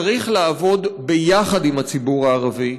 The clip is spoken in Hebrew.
צריך לעבוד יחד עם הציבור הערבי,